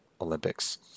olympics